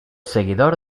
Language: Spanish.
seguidor